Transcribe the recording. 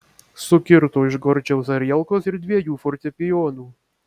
sukirto iš gorčiaus arielkos ir dviejų fortepijonų